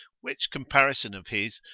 which comparison of his,